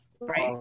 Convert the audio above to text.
right